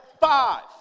five